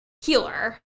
healer